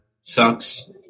Sucks